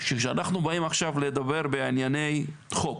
שכשאנחנו באים עכשיו לדבר בענייני חוק